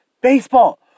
baseball